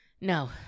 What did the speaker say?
No